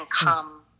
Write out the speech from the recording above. come